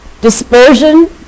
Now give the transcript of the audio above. Dispersion